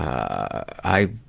i